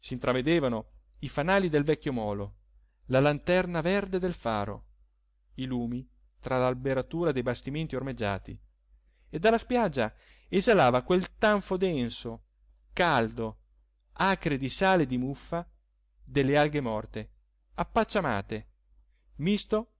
nave s'intravedevano i fanali del vecchio molo la lanterna verde del faro i lumi tra l'alberatura dei bastimenti ormeggiati e dalla spiaggia esalava quel tanfo denso caldo acre di sale e di muffa delle alghe morte appacciamate misto